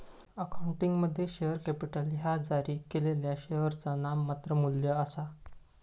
अकाउंटिंगमध्ये, share capital ह्या जारी केलेल्या शेअरचा नाममात्र मू्ल्य आसा